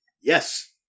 Yes